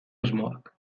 asmoak